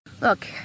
Look